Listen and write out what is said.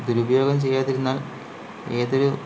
പക്ഷേ ദുരുപയോഗം ചെയ്യാതിരുന്നാൽ ഏതൊരു